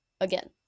again